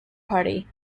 party